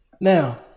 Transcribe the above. Now